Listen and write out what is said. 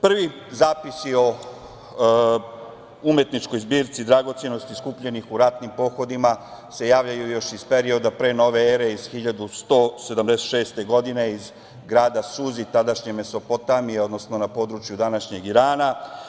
Prvi zapisi o umetničkoj zbirci dragocenosti skupljenih u ratnim pohodima se javljaju još iz perioda pre nove ere, iz 1176. godine, iz grada Suzi, tadašnje Mesopotamije, odnosno na području današnjeg Irana.